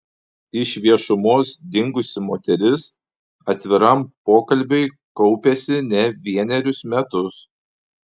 iš viešumos dingusi moteris atviram pokalbiui kaupėsi ne vienerius metus